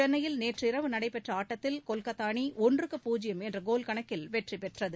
சென்னையில் நேற்றிரவு நடைபெற்ற ஆட்டத்தில் கொல்கத்தா அணி ஒன்றுக்கு பூஜ்யம் என்ற கோல் கணக்கில் வெற்றிபெற்றது